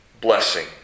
blessing